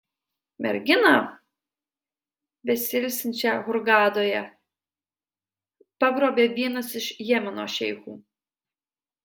merginą besiilsinčią hurgadoje pagrobė vienas iš jemeno šeichų